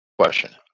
question